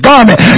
garment